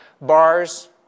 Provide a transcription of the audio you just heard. Bars